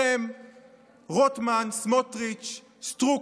אוקיי, סעדה,